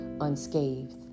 unscathed